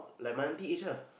like my auntie age lah